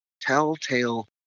telltale